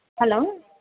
hello